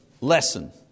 lesson